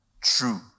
true